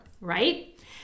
right